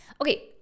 okay